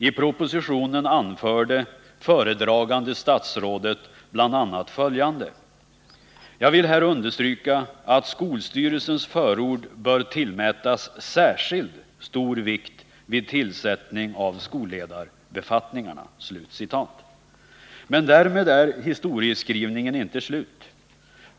I propositionen anförde föredragande statsrådet bl.a. följande: ”Jag vill här understryka, att skolstyrelsens förord bör tillmätas särskilt stor vikt vid tillsättning av skolledarbefattningarna.” Men därmed är historieskrivningen inte slut.